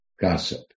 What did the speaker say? Gossip